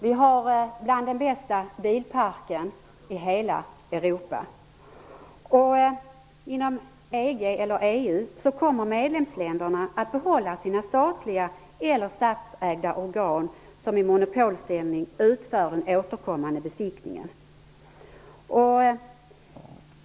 Vi har en av de bästa bilparkerna i hela Europa. Inom EU kommer medlemsländena att få behålla sina statliga eller statsägda organ, som i monopolställning utför den återkommande besiktningen.